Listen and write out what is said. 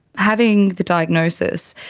having the diagnosis,